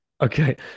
Okay